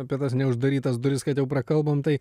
apie tas neuždarytas duris kad jau prakalbom tai